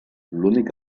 l’únic